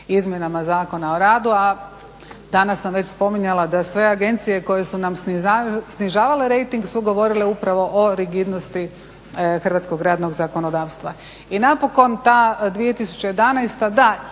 izmjenama zakona o radu. A danas sam već spominjala da sve agencije koje su nam snižavale rejting su govorile upravo o rigidnosti hrvatskog radnog zakonodavstva. I napokon ta 2011.